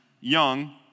young